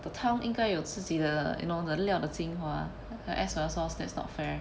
the 汤应该有自己的 you know the 料的精华 add soy sauce that's not fair